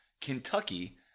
Kentucky